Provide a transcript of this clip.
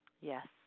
Yes